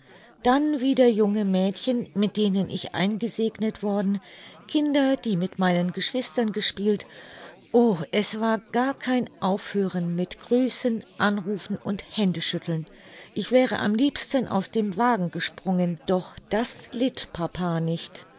dann wieder junge mädchen mit denen ich eingesegnet worden kinder die mit meinen geschwistern gespielt o es war gar kein aufhören mit grüßen anrufen und händeschütteln ich wäre am liebsten aus dem wagen gesprungen doch das litt papa nicht